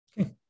Okay